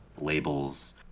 labels